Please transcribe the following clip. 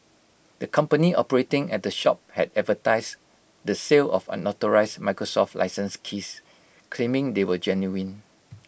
the company operating at the shop had advertised the sale of unauthorised Microsoft licence keys claiming they were genuine